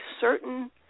certain